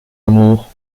amour